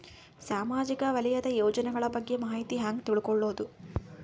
ಸಾಮಾಜಿಕ ವಲಯದ ಯೋಜನೆಗಳ ಬಗ್ಗೆ ಮಾಹಿತಿ ಹ್ಯಾಂಗ ತಿಳ್ಕೊಳ್ಳುದು?